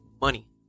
money